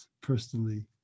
personally